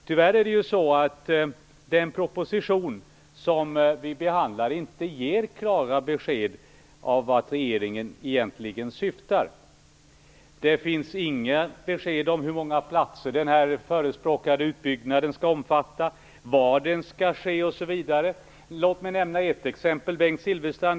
Tyvärr ger den proposition som vi nu behandlar inte klara besked om vart regeringen egentligen syftar. Det finns inga besked om hur många platser den förespråkade utbyggnaden skall omfatta, var den skall ske osv. Låt mig nämna ett exempel, Bengt Silfverstrand.